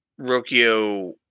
Rokio